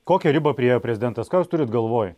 kokią ribą priėjo prezidentas ką jūs turit galvoj